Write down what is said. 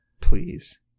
Please